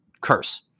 curse